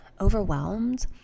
overwhelmed